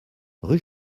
rue